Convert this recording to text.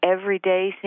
everyday